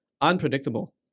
unpredictable